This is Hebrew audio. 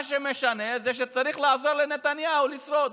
מה שמשנה זה שצריך לעזור לנתניהו לשרוד,